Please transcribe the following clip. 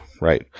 right